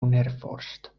unerforscht